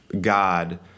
God